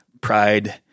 pride—